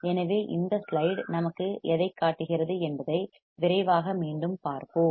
எனவே இந்த ஸ்லைடு நமக்கு எதைக் காட்டுகிறது என்பதை விரைவாக மீண்டும் பார்ப்போம்